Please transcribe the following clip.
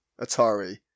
Atari